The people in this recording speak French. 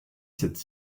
cette